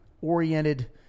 oriented